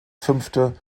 fünfte